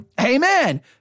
Amen